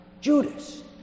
Judas